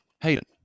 Hayden